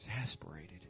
Exasperated